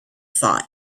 thought